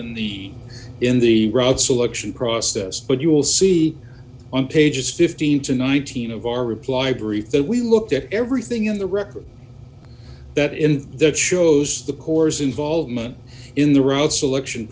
in the in the route selection process but you will see on pages fifteen to nineteen of our reply brief that we looked at everything in the record that in there shows the corps involvement in the route selection